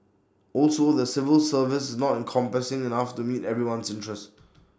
also the civil service not encompassing enough to meet everyone's interest